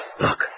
Look